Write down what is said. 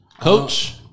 coach